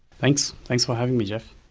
thanks. thanks for having me, jeff.